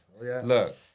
Look